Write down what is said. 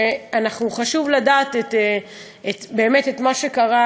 שחשוב לדעת את מה שקרה